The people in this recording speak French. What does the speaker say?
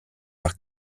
par